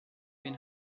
been